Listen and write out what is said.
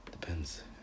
Depends